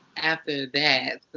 after that.